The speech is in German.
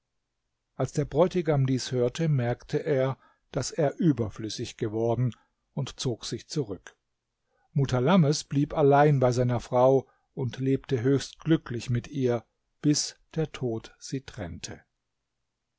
als der bräutigam dies hörte merkte er daß er überflüssig geworden und zog sich zurück mutalammes blieb allein bei seiner frau und lebte höchst glücklich mit ihr bis der tod sie trennte